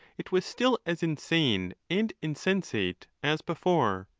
it was still as insane and insensate as before.